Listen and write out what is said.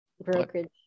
brokerage